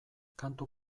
kantu